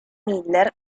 miller